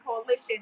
Coalition